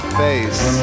face